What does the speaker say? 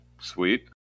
sweet